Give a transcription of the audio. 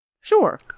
Sure